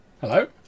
hello